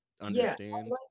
understand